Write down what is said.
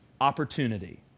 opportunity